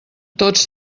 tots